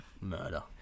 murder